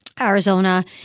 Arizona